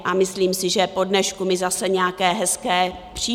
A myslím si, že po dnešku mi zase nějaké hezké přijdou.